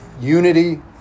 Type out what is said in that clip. unity